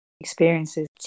experiences